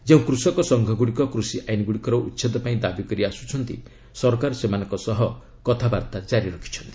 ଯେଉଁ କୃଷକ ସଂଘ ଗୁଡ଼ିକ କୃଷି ଆଇନ୍ଗୁଡ଼ିକର ଉଚ୍ଛେଦ ପାଇଁ ଦାବି କରି ଆସୁଛନ୍ତି ସରକାର ସେମାନଙ୍କ ସହ କଥାବାର୍ତ୍ତା ଜାରି ରଖିଛନ୍ତି